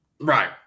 Right